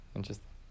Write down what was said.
Interesting